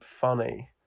funny